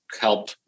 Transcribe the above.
help